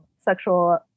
sexual